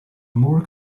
more